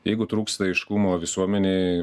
jeigu trūksta aiškumo visuomenėj